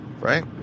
right